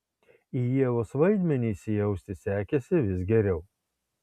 į ievos vaidmenį įsijausti sekėsi vis geriau